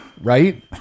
right